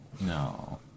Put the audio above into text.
No